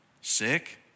sick